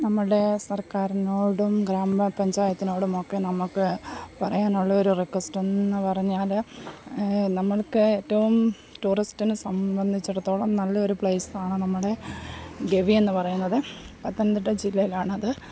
നമ്മുടെ സർക്കാരിനോടും ഗ്രാമ പഞ്ചായത്തിനോടുമൊക്കെ നമുക്ക് പറയാനുള്ളൊരു റിക്വസ്റ്റ് എന്ന് പറഞ്ഞാൽ നമുക്ക് ഏറ്റവും ടൂറിസ്റ്റിന് സംബന്ധിച്ചിടത്തോളം നല്ലൊരു പ്ലേസ് ആണ് നമ്മുടെ ഗവി എന്ന് പറയുന്നത് പത്തനംതിട്ട ജില്ലയിലാണത്